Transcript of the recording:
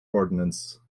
ordinance